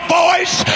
voice